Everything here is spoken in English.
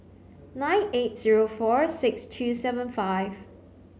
nine eight zero four six two seven five